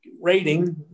rating